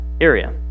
area